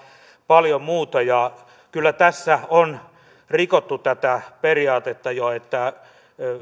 paljon muuta kyllä tässä on rikottu tätä periaatetta jo